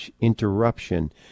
interruption